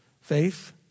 faith